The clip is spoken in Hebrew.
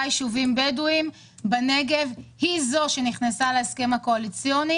יישובים בדואים בנגב היא זו שנכנסה להסכם הקואליציוני